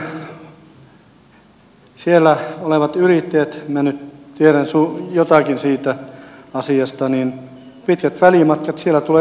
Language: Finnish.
muutenkin siellä olevilla yrittäjillä minä nyt tiedän jotakin siitä asiasta on pitkät välimatkat siellä tulee sähköhukka